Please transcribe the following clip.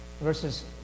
verses